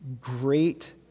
great